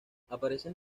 aparecen